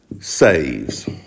saves